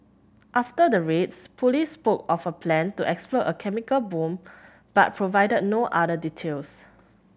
after the raids police spoke of a plan to explode a chemical bomb but provided no other details